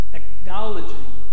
acknowledging